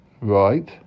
Right